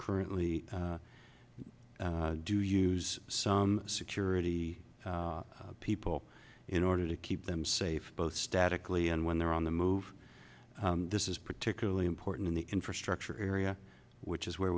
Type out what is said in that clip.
currently do use some security people in order to keep them safe both statically and when they're on the move this is particularly important in the infrastructure area which is where